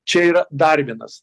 čia yra dar vienas